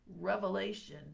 revelation